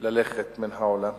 ללכת מן העולם.